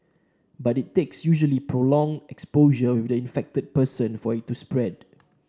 but it takes usually prolonged exposure with the infected person for it to spread